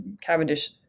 cavendish